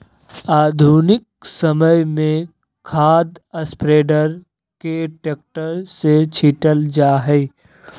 आधुनिक समय में खाद स्प्रेडर के ट्रैक्टर से छिटल जा हई